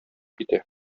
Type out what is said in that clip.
китә